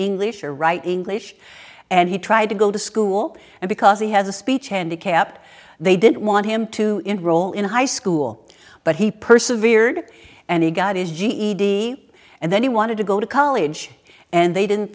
english or write english and he tried to go to school and because he has a speech handicap they didn't want him to enroll in high school but he persevered and he got his ged and then he wanted to go to college and they didn't